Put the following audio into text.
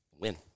win